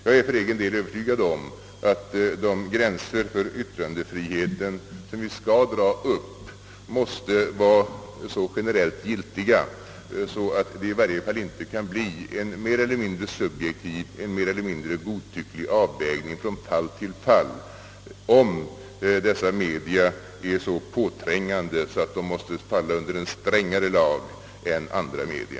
Jag är för egen del övertygad om att de gränser för yttrandefriheten, som vi skall dra upp, måste vara så generellt giltiga att det i varje fall inte kan bli en mer eller mindre subjektiv, en mer eller mindre godtycklig avvägning från fall till fall, om dessa media är så påträngande att de måste falla under en strängare lag än andra media.